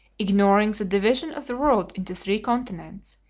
ignoring the division of the world into three continents,